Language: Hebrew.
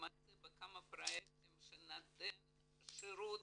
מתמצא בכמה פרויקטים שנותנים שירות